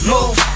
Move